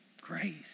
grace